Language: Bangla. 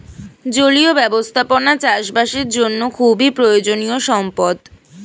জলীয় ব্যবস্থাপনা চাষবাসের জন্য খুবই প্রয়োজনীয় সম্পদ